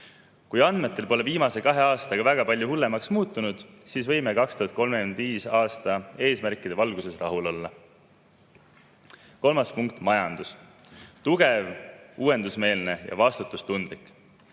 need andmed pole viimase kahe aastaga väga palju hullemaks muutunud, siis võime 2035. aasta eesmärkide valguses rahul olla. Kolmas punkt: majandus – tugev, uuendusmeelne ja vastutustundlik.